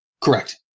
Correct